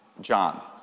John